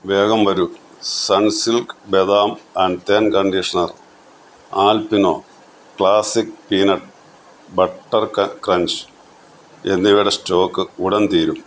വേഗം വരൂ Sunsilk ബദാം ആന് തേൻ conditioner Alpino classic peanut butter ക ക്രഞ്ച് എന്നിവയുടെ സ്റ്റോക്ക് ഉടൻ തീരും